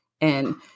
and-